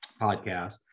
podcast